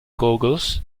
goggles